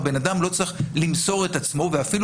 הבן אדם לא צריך למסור את עצמו ואפילו